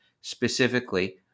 specifically